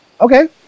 Okay